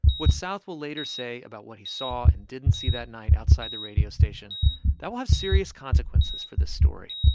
what south will later say about what he saw and didn't see that night outside the radio station that will have serious consequences for this story.